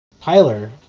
Tyler